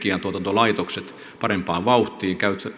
energiantuotantolaitokset parempaan vauhtiin